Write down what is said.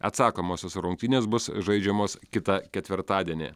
atsakomosios rungtynės bus žaidžiamos kitą ketvirtadienį